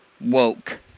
woke